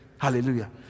Hallelujah